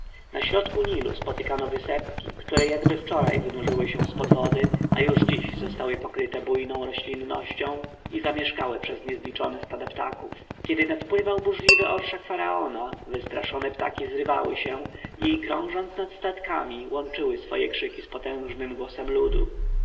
na środku nilu spotykano wysepki które jakby wczoraj wynurzyły się z pod wody a już dziś zostały okryte bujną roślinnością i zamieszkałe przez niezliczone stada ptaków kiedy nadpływał burzliwy orszak faraona wystraszone ptaki zrywały się i krążąc nad statkami łączyły swoje krzyki z potężnym głosem ludu